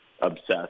obsessed